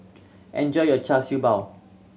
enjoy your Char Siew Bao